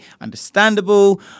Understandable